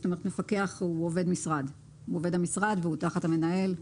זאת אומרת, מפקח הוא עובד המשרד והוא תחת המנהל.